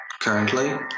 currently